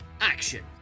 action